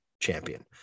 champion